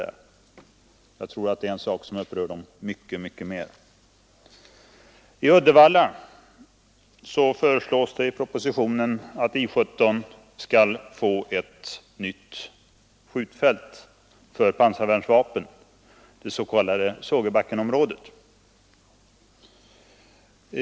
I propositionen föreslås att I 17 i Uddevalla skall få ett nytt skjutfält för pansarvärnsvapen, det s.k. Sågebackenområdet.